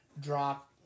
drop